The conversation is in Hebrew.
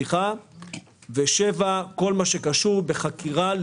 שבע - בכל מה שקשור בחקירה,